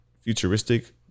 futuristic